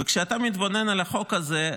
וכשאתה מתבונן על החוק הזה,